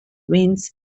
wins